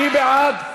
מי בעד?